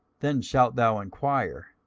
then shalt thou enquire,